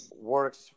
works